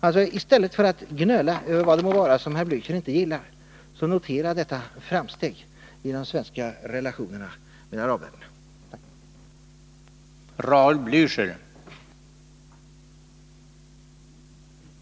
I stället för gnöla över vad det må vara som herr Blächer inte gillar, så notera detta framsteg i de svenska relationerna med arabländerna!